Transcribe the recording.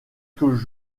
quelques